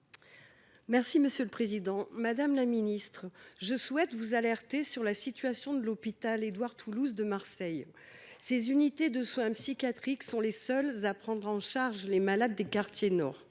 de l’accès aux soins. Madame la secrétaire d’État, je souhaite vous alerter sur la situation de l’hôpital Édouard Toulouse de Marseille, dont les unités de soins psychiatriques sont les seules à prendre en charge les malades des quartiers nord.